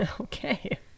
okay